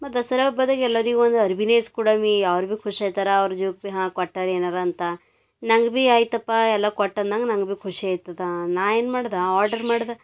ಮತ್ತು ದಸರಾ ಹಬ್ಬದಾಗ ಎಲ್ಲರಿಗೆ ಒಂದು ಅರಿವಿ ಇಸ್ ಕೊಡಮಿ ಅವ್ರು ಬಿ ಖುಷಿ ಐತರ ಅವ್ರು ಹಾ ಕೊಟ್ಟರೆ ಏನರ ಅಂತ ನಂಗೆ ಬಿ ಆಯ್ತಪ್ಪಾ ಎಲ್ಲ ಕೊಟ್ಟನ ನಂಗೆ ಬಿ ಖುಷಿ ಐತದ ನಾ ಏನು ಮಾಡ್ದೆ ಆರ್ಡರ್ ಮಾಡ್ದೆ